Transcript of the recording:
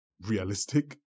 realistic